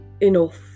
enough